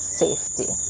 safety